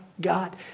God